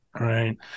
right